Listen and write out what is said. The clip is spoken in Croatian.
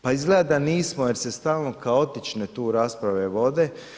Pa izgleda da nismo, jer se stalno kaotične tu rasprave vode.